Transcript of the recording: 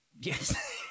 Yes